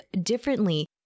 differently